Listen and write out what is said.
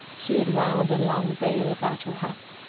she had wound a long veil about her hat,